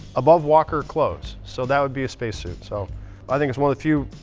above walker clothes. so that would be a space suit. so i think it's one of the few,